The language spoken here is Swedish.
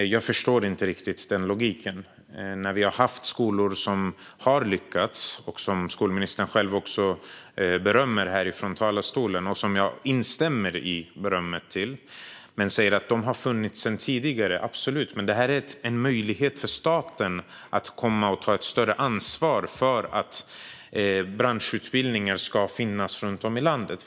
Jag förstår inte riktigt den logiken. Vi har haft skolor som har lyckats och som skolministern själv berömmer här från talarstolen - jag instämmer i berömmet. Skolministern säger att de har funnits sedan tidigare. Absolut, men detta är en möjlighet för staten att ta ett större ansvar för att branschutbildningar ska finnas runt om i landet.